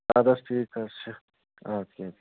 اَدٕ حظ ٹھیٖک حظ چھِ اَدٕ کیٛاہ اَدٕکیٛاہ